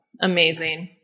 amazing